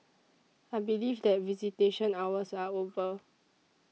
I believe that visitation hours are over